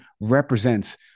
represents